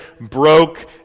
broke